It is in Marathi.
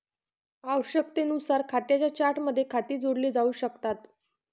आवश्यकतेनुसार खात्यांच्या चार्टमध्ये खाती जोडली जाऊ शकतात